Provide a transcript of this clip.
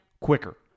quicker